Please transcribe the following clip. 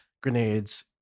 grenades